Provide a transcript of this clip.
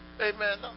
Amen